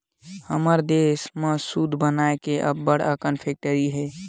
हमर देस म सूत बनाए के अब्बड़ अकन फेकटरी हे